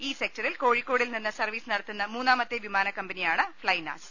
ഈ സെക്ടറിൽ കോഴിക്കോട് നിന്ന് സർവീസ് നടത്തുന്ന മൂന്നാമത്തെ വിമാനക്കമ്പനിയാണ് ഫ് ളൈനാസ്